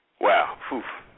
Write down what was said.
Wow